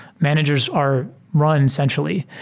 managers are run centrally.